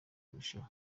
kurushaho